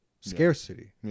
scarcity